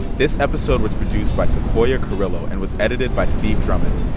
this episode was produced by sequoia carrillo and was edited by steve drummond.